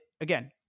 again